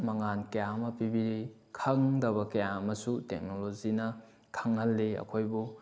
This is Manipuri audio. ꯃꯉꯥꯟ ꯀꯌꯥ ꯑꯃ ꯄꯤꯕꯤꯔꯤ ꯈꯪꯗꯕ ꯀꯌꯥ ꯑꯃꯁꯨ ꯇꯦꯛꯅꯣꯂꯣꯖꯤꯅ ꯈꯪꯍꯜꯂꯤ ꯑꯩꯈꯣꯏꯕꯨ